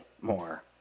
more